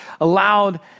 allowed